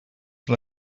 van